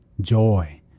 joy